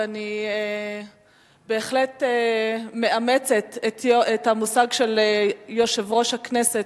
ואני בהחלט מאמצת את המושג של יושב-ראש הכנסת,